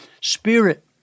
spirit